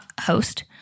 host